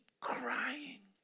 crying